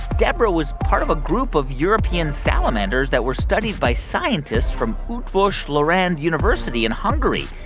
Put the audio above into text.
deborah was part of a group of european salamanders that were studied by scientists from eotvos lorand university in hungary.